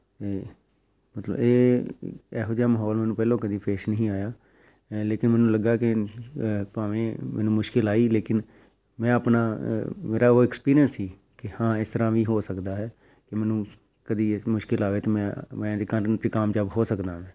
ਇਹ ਮਤਲਵ ਇਹ ਇਹੋ ਜਿਹਾ ਮਾਹੌਲ ਮੈਨੂੰ ਪਹਿਲੋ ਕਦੀ ਪੇਸ਼ ਨਹੀਂ ਹੋਇਆ ਅ ਲੇਕਿਨ ਮੈਨੂੰ ਲੱਗਾ ਕਿ ਅ ਭਾਵੇਂ ਮੈਨੂੰ ਮੁਸ਼ਕਿਲ ਆਈ ਲੇਕਿਨ ਮੈਂ ਆਪਣਾ ਮੇਰਾ ਉਹ ਐਕਸਪੀਰੀਅੰਸ ਸੀ ਕਿ ਹਾਂ ਇਸ ਤਰ੍ਹਾਂ ਵੀ ਹੋ ਸਕਦਾ ਹੈ ਅਤੇ ਮੈਨੂੰ ਕਦੀ ਇਸ ਮੁਸ਼ਕਿਲ ਆਵੇ ਤਾਂ ਮੈਂ ਮੈਂ ਇਹਦੇ ਕਰਨ 'ਚ ਕਾਮਯਾਬ ਹੋ ਸਕਦਾ ਹਾਂ